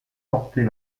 porter